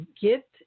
get